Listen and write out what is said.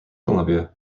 columbia